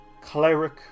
Cleric